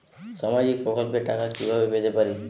সামাজিক প্রকল্পের টাকা কিভাবে পেতে পারি?